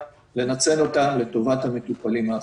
לנצל אותם לטובת המטופלים האחרים.